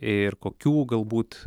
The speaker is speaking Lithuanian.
ir kokių galbūt